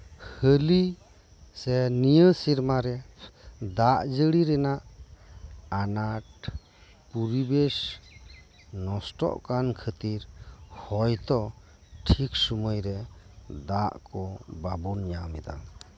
ᱦᱟᱹᱞᱤ ᱥᱮ ᱱᱤᱭᱟᱹ ᱥᱮᱨᱢᱟᱨᱮ ᱫᱟᱜ ᱡᱟᱹᱲᱤ ᱨᱮᱭᱟᱜ ᱟᱱᱟᱴ ᱯᱩᱨᱤᱵᱮᱥ ᱱᱚᱥᱴᱚᱜ ᱠᱟᱱ ᱠᱷᱟᱹᱛᱤᱨ ᱦᱚᱭᱛᱚ ᱴᱷᱤᱠ ᱥᱩᱢᱟᱹᱭ ᱨᱮ ᱫᱟᱜ ᱠᱚ ᱵᱟᱵᱚᱱ ᱧᱟᱢ ᱮᱫᱟ